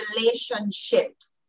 relationships